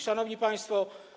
Szanowni Państwo!